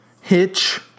Hitch